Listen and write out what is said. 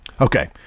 Okay